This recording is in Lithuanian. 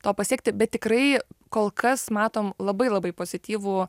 to pasiekti bet tikrai kol kas matom labai labai pozityvų